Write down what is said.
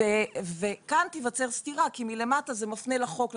וכאן תיווצר סתירה כי מלמטה זה מפנה לחוק,